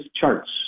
charts